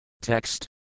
Text